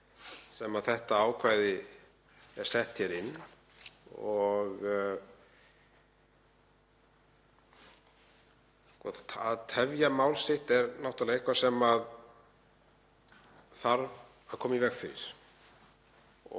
sem þetta ákvæði er sett inn. Að tefja mál sitt er náttúrlega eitthvað sem þarf að koma í veg fyrir